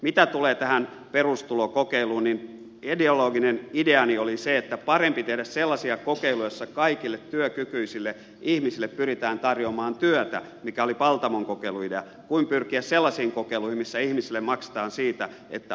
mitä tulee tähän perustulokokeiluun niin ideologinen ideani oli se että parempi tehdä sellaisia kokeiluja joissa kaikille työkykyisille ihmisille pyritään tarjoamaan työtä mikä oli paltamon kokeilun idea kuin pyrkiä sellaisiin kokeiluihin missä ihmisille maksetaan siitä että ovat kotona